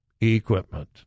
equipment